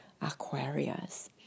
Aquarius